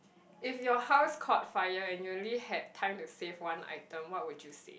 if your house caught fire and you only have time to save one item what would you save